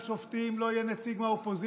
שופטים לא יהיה נציג מהאופוזיציה.